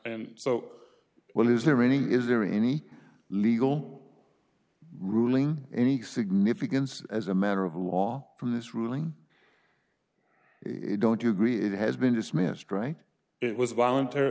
and so well is there any is there any legal ruling any significance as a matter of law from this ruling it don't you agree it has been dismissed right it was voluntary